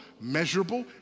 measurable